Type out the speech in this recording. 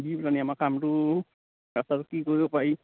দি পেলাই নি আমাৰ কামটো ৰাস্তাটো কি কৰিব পাৰি